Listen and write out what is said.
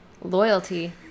Loyalty